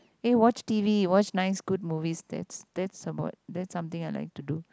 eh watch t_v watch nice good movie that's that's about that's something I like to do